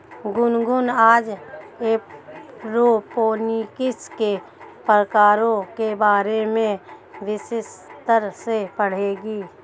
गुनगुन आज एरोपोनिक्स के प्रकारों के बारे में विस्तार से पढ़ेगी